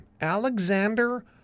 Alexander